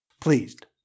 pleased